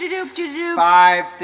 five